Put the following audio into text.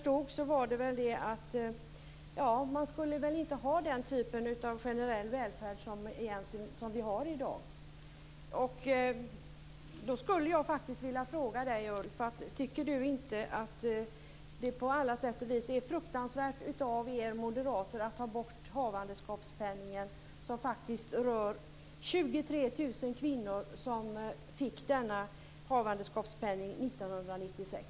Tydligen skall vi inte ha den typ av generell välfärd som vi i dag har. Då skulle jag vilja fråga Ulf Kristersson om han inte tycker att det på alla sätt och vis är fruktansvärt att moderaterna vill ta bort havandeskapspenningen, som faktiskt rör 23 000 kvinnor som fick denna havandeskapspenning 1996.